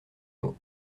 mot